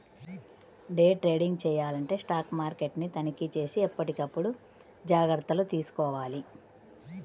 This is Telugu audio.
డే ట్రేడింగ్ చెయ్యాలంటే స్టాక్ మార్కెట్ని తనిఖీచేసి ఎప్పటికప్పుడు జాగర్తలు తీసుకోవాలి